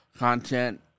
content